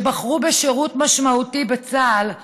שבחרו בשירות משמעותי בצה"ל,